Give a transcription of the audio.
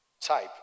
type